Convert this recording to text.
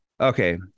Okay